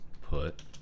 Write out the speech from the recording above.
put